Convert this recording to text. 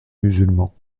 musulmans